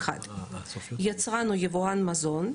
"יצרן או יבואן מזון,